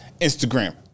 Instagram